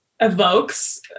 evokes